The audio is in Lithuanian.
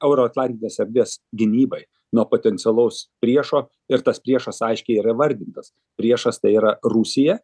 euroatlantinės erdvės gynybai nuo potencialaus priešo ir tas priešas aiškiai yra įvardintas priešas tai yra rusija